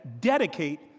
dedicate